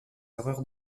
erreurs